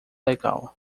ilegal